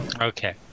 Okay